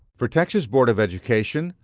for texas board of education,